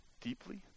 Deeply